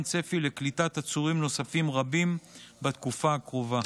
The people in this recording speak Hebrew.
צפי לקליטת עצורים נוספים רבים בתקופה הקרובה.